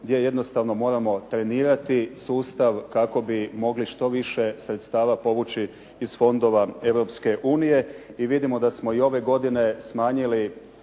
gdje jednostavno moramo trenirati sustav kako bi mogli što više sredstava povući iz fondova